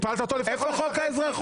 איפה חוק האזרחות?